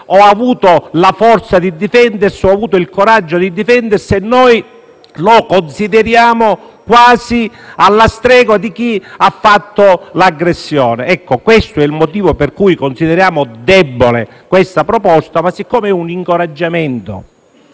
ha la capacità di difendersi, la forza o il coraggio di difendersi e noi lo consideriamo quasi alla stregua di chi ha compiuto l'aggressione. Questo è il motivo per cui consideriamo debole questa proposta, ma è un incoraggiamento.